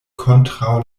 kontraŭ